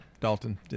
Dalton